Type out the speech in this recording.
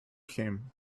him